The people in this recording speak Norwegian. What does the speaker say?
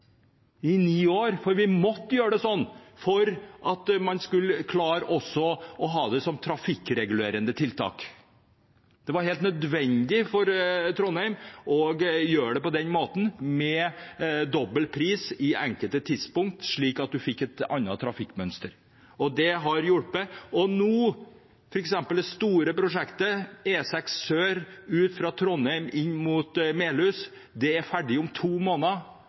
i ni år – for vi måtte gjøre det slik for å ha det som trafikkregulerende tiltak. Det var helt nødvendig for Trondheim å gjøre det på den måten, med dobbel pris på enkelte tidspunkter, slik at en fikk et annet trafikkmønster, og det har hjulpet. Nå er det store prosjektet – E6 sør for Trondheim og inn mot Melhus – ferdig om to måneder,